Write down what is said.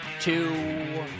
two